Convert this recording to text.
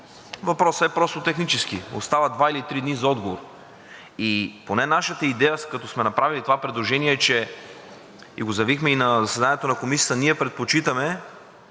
въпросът е просто технически и остават два или три дни за отговор. И поне нашата идея, когато сме направили това предложение, и го заявихме на заседанието на Комисията, е, че ние предпочитаме